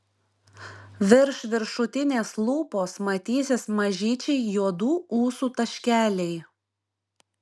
virš viršutinės lūpos matysis mažyčiai juodų ūsų taškeliai